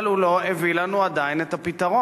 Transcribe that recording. אבל הוא לא הביא לנו עדיין את הפתרון.